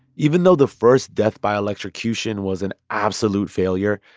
even though the first death by electrocution was an absolute failure,